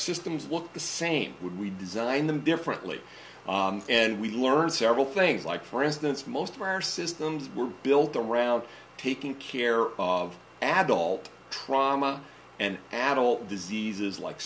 systems look the same would we design them differently and we learned several things like for instance most where systems were built around taking care of adult trauma and adult diseases like